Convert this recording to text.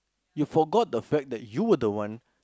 you forgot the fact that you were the one